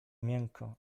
miękko